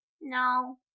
No